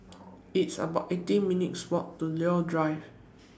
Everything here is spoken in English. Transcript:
It's about eighteen minutes' Walk to Leo Drive